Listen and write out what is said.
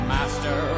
Master